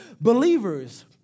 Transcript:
believers